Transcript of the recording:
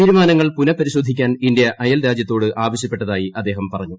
തീരുമാനങ്ങൾ പുനഃപരിശോധിക്കാൻ ഇന്ത്യ അയൽരാജ്യത്തോട് ആവശ്യപ്പെട്ടതായി അദ്ദേഹം പറഞ്ഞു